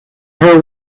her